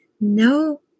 No